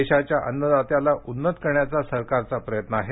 देशाच्या अन्नदात्याला उन्नत करण्याचा सरकारचा प्रयत्न आहे